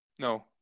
No